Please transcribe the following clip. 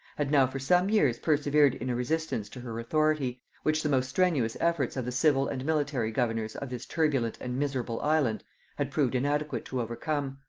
had now for some years persevered in a resistance to her authority, which the most strenuous efforts of the civil and military governors of this turbulent and miserable island had proved inadequate to overcome.